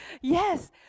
Yes